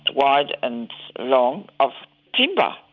wide and long of timber.